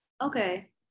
Okay